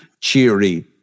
Cheery